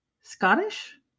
Scottish